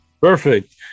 Perfect